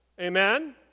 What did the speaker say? Amen